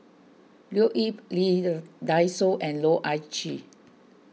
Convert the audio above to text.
Leo Yip Lee the Dai Soh and Loh Ah Chee